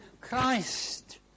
Christ